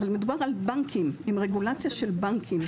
אבל מדובר על בנקים עם רגולציה של בנקים,